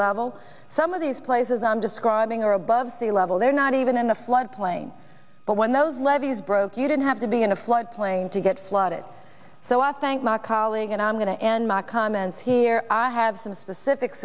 level some of these places i'm describing are above sea level they're not even in the flood plain but when those levees broke you didn't have to be in a flood plain to get flooded so i thank my colleague and i'm going to end my comments here i have some specific